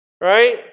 right